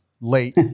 late